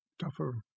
tougher